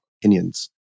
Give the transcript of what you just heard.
opinions